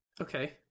Okay